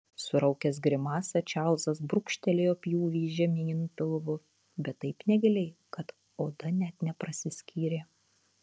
suraukęs grimasą čarlzas brūkštelėjo pjūvį žemyn pilvu bet taip negiliai kad oda net neprasiskyrė